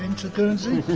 and to guernsey.